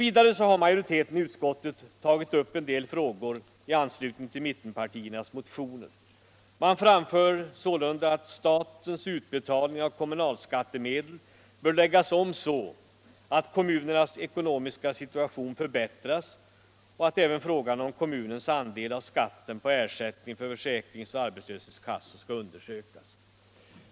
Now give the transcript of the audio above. Vidare har majoriteten i utskottet tagit upp en del frågor i anslutning till mittenpartiernas motioner. Man framför sålunda att statens utbetalning av kommunalskattemedel bör läggas om så, att kommunernas ekonomiska situation förbättras och så att även frågan om kommunens andel av skatten på ersättning från försäkringsoch arbetslöshetskassor skall aktualiseras.